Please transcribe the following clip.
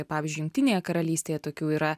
pavyzdžiui jungtinėje karalystėje tokių yra